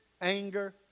anger